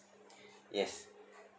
yes